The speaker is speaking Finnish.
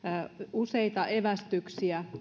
useita evästyksiä